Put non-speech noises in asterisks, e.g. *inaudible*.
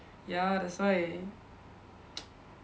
ya that's why *noise*